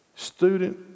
Student